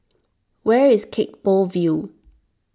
where is Gek Poh Ville